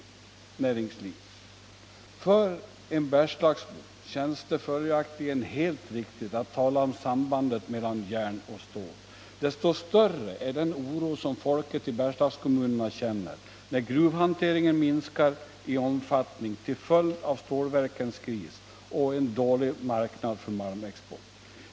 För en bergslagsbo känns det följaktligen helt riktigt att tala om sambandet mellan järnmalm och stål. Desto större är den oro som folket i Bergslagskommunerna känner när gruvhanteringen minskar i omfattning till följd av stålverkens kris och dålig marknad för malmexport.